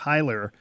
Tyler